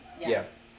yes